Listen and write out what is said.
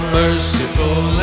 merciful